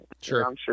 sure